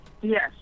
Yes